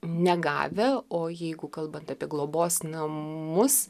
negavę o jeigu kalbant apie globos namus